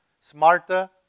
smarter